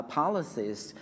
policies